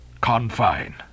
confine